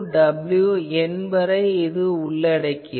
wN வரை உள்ளடக்கியது